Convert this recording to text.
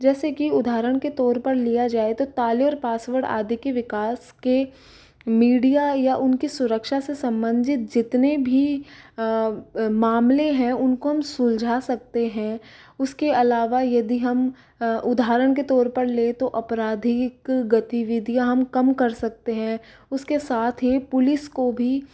जैसे कि उदाहरण के तौर पर लिया जाए तो ताले और पासवर्ड आदि के विकास के मीडिया या उनकी सुरक्षा से संबंधित जितने भी मामले हैं उनको हम सुलझा सकते हैं उसके अलावा यदि हम उदाहरण के तौर पर ले तो अपराधीक गतिविधियाँ हम कम कर सकते हैं उसके साथ ही पुलिस को भी